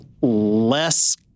less